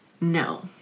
No